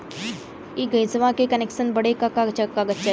इ गइसवा के कनेक्सन बड़े का का कागज चाही?